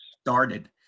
started